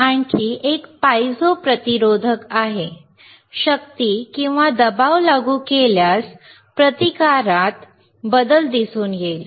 आणखी एक पायझो प्रतिरोधक आहे शक्ती किंवा दबाव लागू केल्यास प्रतिकारात बदल दिसून येईल